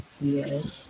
yes